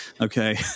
Okay